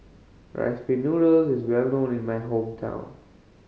Rice Pin Noodles is well known in my hometown